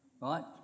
Right